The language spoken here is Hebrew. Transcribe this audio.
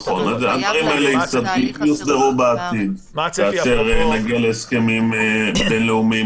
הדברים האלה יוסדרו בעתיד כאשר נגיע להסדרים בינלאומיים